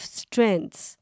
strengths